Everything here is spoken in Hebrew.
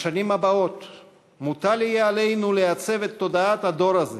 בשנים הבאות יהיה מוטל עלינו לעצב את תודעת הדור הזה